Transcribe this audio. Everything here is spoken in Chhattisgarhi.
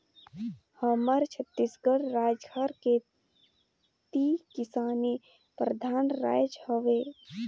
हमर छत्तीसगढ़ राएज हर खेती किसानी परधान राएज हवे